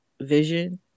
vision